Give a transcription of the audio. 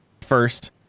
first